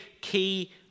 key